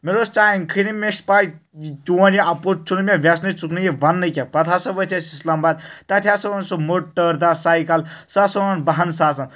مےٚ دوٚپمس ژٕ انہِ کھٕے نہٕ مےٚ چھِ پاے چون یہِ اپوٚز چھُنہٕ مےٚ ویژٕنٕے ژٕ چھُکھ نہٕ یہِ وَنٕنٕے کینٛہہ پَتہٕ ہَسا ؤتھۍ أسۍ اِسلام باد تَتہِ ہَسا اوٚن سُہ مٔٹ تٲرٕدار سایکَل سُہ ہسا اوٚن بَہن ساسَن